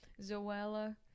zoella